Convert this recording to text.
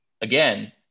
again